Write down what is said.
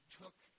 took